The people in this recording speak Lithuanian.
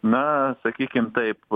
na sakykim taip